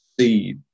see